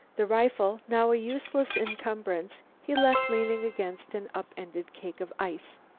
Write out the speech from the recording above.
the rifle, now a useless incumbrance, he left leaning against an up-ended cake of ice.